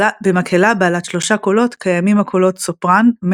במקהלה בעלת שלושה קולות קיימים הקולות סופרן,